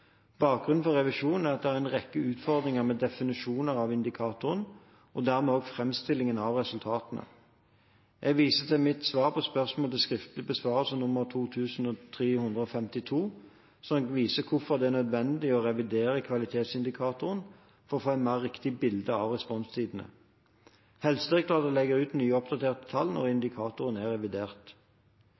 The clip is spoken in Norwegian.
Bakgrunnen for revisjonen er at det er en rekke utfordringer med definisjoner av indikatoren og dermed også framstillingen av resultatene. Jeg viser til mitt svar på spørsmål til skriftlig besvarelse nummer 2352, som viser hvorfor det er nødvendig å revidere kvalitetsindikatoren for å få et mer riktig bilde av responstidene. Helsedirektoratet legger ut nye, oppdaterte tall når indikatoren er revidert.